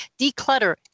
declutter